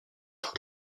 dans